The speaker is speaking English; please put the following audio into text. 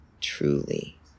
truly